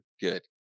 good